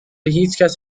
هیچکس